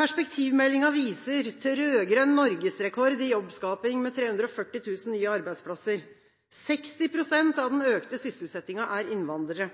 Perspektivmeldingen viser til rød-grønn norgesrekord i jobbskaping med 340 000 nye arbeidsplasser. 60 pst. av den økte sysselsettingen er innvandrere.